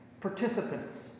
participants